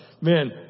Man